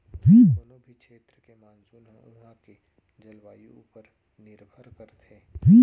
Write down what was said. कोनों भी छेत्र के मानसून ह उहॉं के जलवायु ऊपर निरभर करथे